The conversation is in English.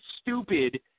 stupid